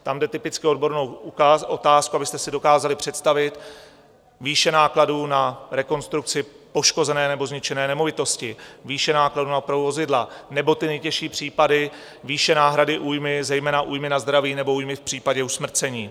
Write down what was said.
Tam jde typicky o odbornou otázku, abyste si dokázali představit výše nákladů na rekonstrukci poškozené nebo zničené nemovitosti, výše nákladů na opravu vozidla nebo ty nejtěžší případy výše náhrady újmy, zejména újmy na zdraví nebo újmy v případě usmrcení.